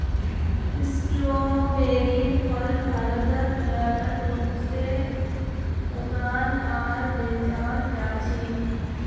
स्ट्रोबेरीर फल भारतत व्यापक रूप से उगाल आर बेचाल जा छेक